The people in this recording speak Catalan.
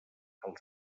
els